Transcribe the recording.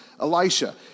Elisha